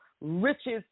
riches